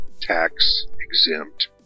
tax-exempt